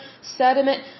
sediment